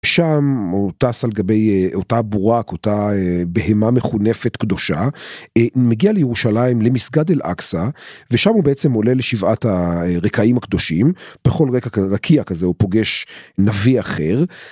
שם הוא טס על גבי אותה בורק, אותה בהמה מכונפת קדושה, מגיע לירושלים למסגד אל אקצה, ושם הוא בעצם עולה לשבעת הרקיעים הקדושים, בכל רקיע כזה הוא פוגש נביא אחר.